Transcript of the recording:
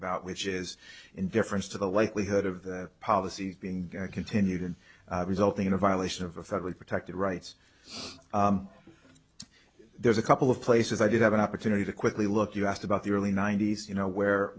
about which is indifference to the likelihood of the policy being continued in resulting in a violation of a federally protected rights there's a couple of places i did have an opportunity to quickly look you asked about the early ninety's you know where